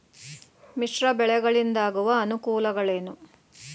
ಮಿಶ್ರ ಬೆಳೆಗಳಿಂದಾಗುವ ಅನುಕೂಲಗಳೇನು?